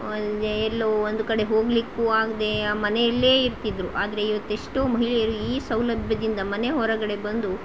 ಎಲ್ಲೋ ಒಂದು ಕಡೆ ಹೋಗಲಿಕ್ಕೂ ಆಗದೇ ಆ ಮನೆಯಲ್ಲೇ ಇರ್ತಿದ್ರು ಆದರೆ ಇವತ್ತು ಎಷ್ಟೋ ಮಹಿಳೆಯರು ಈ ಸೌಲಭ್ಯದಿಂದ ಮನೆ ಹೊರಗಡೆ ಬಂದು